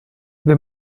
wir